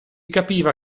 capiva